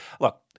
Look